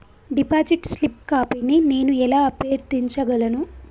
Deposit slip కాపీని నేను ఎలా అభ్యర్థించగలను?